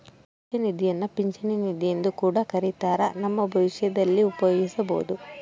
ಭವಿಷ್ಯ ನಿಧಿಯನ್ನ ಪಿಂಚಣಿ ನಿಧಿಯೆಂದು ಕೂಡ ಕರಿತ್ತಾರ, ನಮ್ಮ ಭವಿಷ್ಯದಲ್ಲಿ ಉಪಯೋಗಿಸಬೊದು